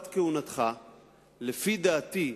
לדעתי,